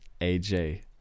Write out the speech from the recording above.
AJ